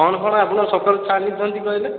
କ'ଣ କ'ଣ ଆଗୁଆ ସକାଳୁ ଛାଣୁଛନ୍ତି କହିଲେ